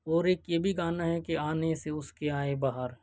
اور ایک یہ بھی گانا ہے کہ آنے سے اُس کے آئے بَہار